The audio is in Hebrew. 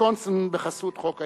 ויסקונסין בחסות חוק ההסדרים.